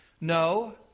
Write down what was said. No